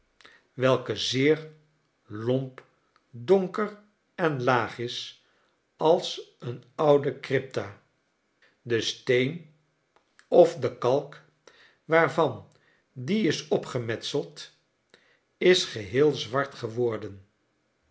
welke zeer lomp donkeren laag is als een oude crypta de steen of de kalk waarvan die is opgemetseld is geheel zwart geworden